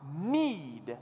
need